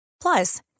Plus